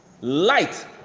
Light